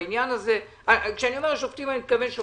בעיני עצמנו --- והיה לי חשוב להגיד את זה.